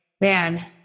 man